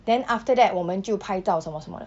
then after that 我们就拍照什么什么的